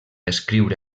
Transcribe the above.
escriure